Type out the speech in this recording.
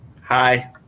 Hi